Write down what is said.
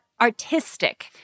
artistic